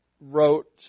wrote